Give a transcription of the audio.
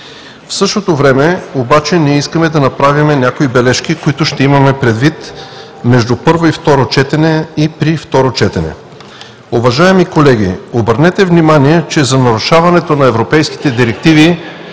В същото време обаче искаме да направим някои бележки, които ще имаме предвид между първо и второ четене и при второ четене. Уважаеми колеги, обърнете внимание, че за нарушаването на европейските директиви